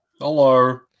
Hello